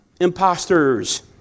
imposters